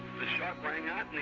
the shot rang out,